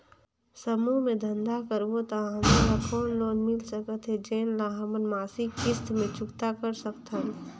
समूह मे धंधा करबो त हमन ल कौन लोन मिल सकत हे, जेन ल हमन मासिक किस्त मे चुकता कर सकथन?